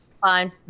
fine